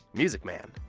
music man.